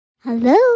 Hello